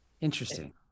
Interesting